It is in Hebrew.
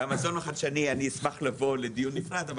אני אשמח לבוא לדיון נפרד,